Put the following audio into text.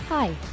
Hi